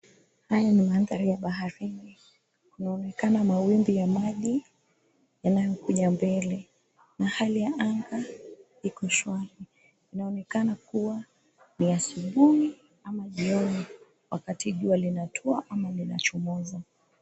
Haya ni mandhari ya baharini, kunaonekana mawimbi ya maji yanayokuja mbele na hali ya anga iko shwari. Inaonekana kuwa ni asubuhi ama jioni wakati jua linatua ama linachomoza.